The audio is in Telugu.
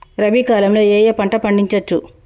రబీ కాలంలో ఏ ఏ పంట పండించచ్చు?